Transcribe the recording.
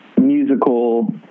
musical